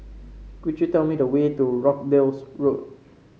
could you tell me the way to Rochdale Road